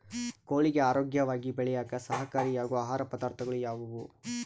ಕೋಳಿಗೆ ಆರೋಗ್ಯವಾಗಿ ಬೆಳೆಯಾಕ ಸಹಕಾರಿಯಾಗೋ ಆಹಾರ ಪದಾರ್ಥಗಳು ಯಾವುವು?